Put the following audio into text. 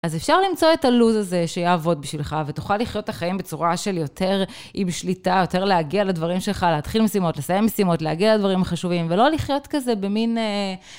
אז אפשר למצוא את הלו"ז הזה, שיעבוד בשבילך, ותוכל לחיות את החיים בצורה של יותר היא בשליטה, יותר להגיע לדברים שלך, להתחיל משימות, לסיים משימות, להגיע לדברים חשובים, ולא לחיות כזה במין...